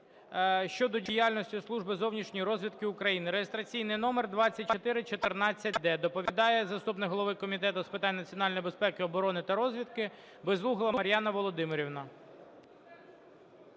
щодо діяльності Служби зовнішньої розвідки України (реєстраційний номер 2414-д). Доповідає заступник голови Комітету з питань національної безпеки, оборони та розвідки Безугла Мар'яна Володимирівна.